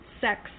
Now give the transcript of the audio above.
Sex